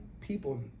people